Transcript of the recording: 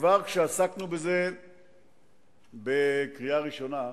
כבר כשעסקנו בזה בקריאה ראשונה,